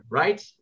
right